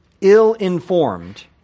ill-informed